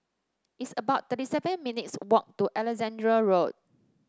it's about thirty seven minutes' walk to Alexandra Road